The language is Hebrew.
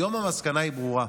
היום המסקנה היא ברורה: